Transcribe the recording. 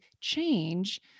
change